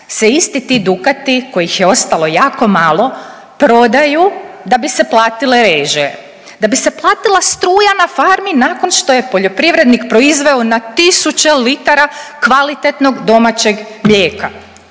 se isti ti dukati kojih je ostalo jako malo prodaju da bi se platile režije, da bi se platila struja na farmi nakon što je poljoprivrednik proizveo na tisuće litara kvalitetnog domaćeg mlijeka,